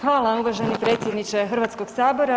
Hvala uvaženi predsjedniče Hrvatskoga sabora.